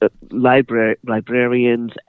librarians